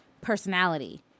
personality